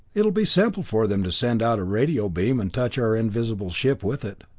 it'll be simple for them to send out a radio beam and touch our invisible ship with it.